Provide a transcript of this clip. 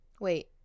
Wait